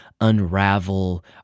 unravel